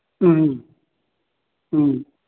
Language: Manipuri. ꯎꯝ ꯎꯝ